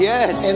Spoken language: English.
Yes